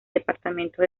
departamento